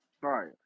Right